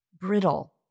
brittle